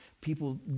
people